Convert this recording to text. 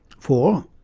for,